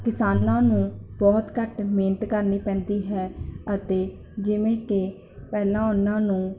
ਕਿਸਾਨਾਂ ਨੂੰ ਬਹੁਤ ਘੱਟ ਮਿਹਨਤ ਕਰਨੀ ਪੈਂਦੀ ਹੈ ਅਤੇ ਜਿਵੇਂ ਕਿ ਪਹਿਲਾਂ ਉਹਨਾਂ ਨੂੰ